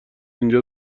اینجا